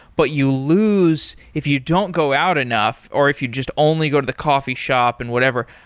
but you lose if you don't go out enough or if you just only go to the coffee shop and whatever,